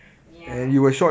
ya